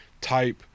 type